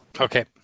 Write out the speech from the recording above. Okay